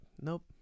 nope